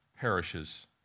perishes